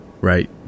right